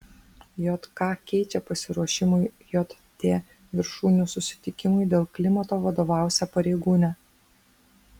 jk keičia pasiruošimui jt viršūnių susitikimui dėl klimato vadovausią pareigūnę